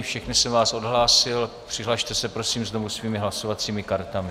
Všechny jsem vás odhlásil, přihlaste se prosím znovu svými hlasovacími kartami.